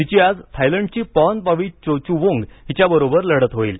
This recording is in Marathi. तिची आज थायलंडची पॉर्नपावी चोचुवोंग हिच्याबरोबर लढत होईल